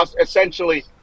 essentially